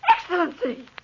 Excellency